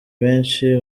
benshi